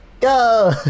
Go